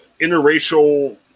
interracial